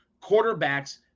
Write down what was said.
quarterbacks